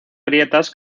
grietas